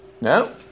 No